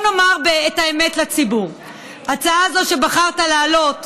זה אשכרה כתוב לך,